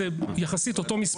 אז יחסית זה אותו מספר.